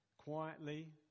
quietly